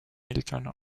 milton